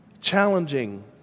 challenging